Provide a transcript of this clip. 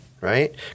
Right